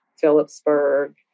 Phillipsburg